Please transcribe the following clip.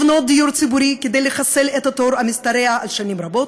לבנות דיור ציבורי כדי לחסל את התור המשתרע על שנים רבות